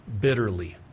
bitterly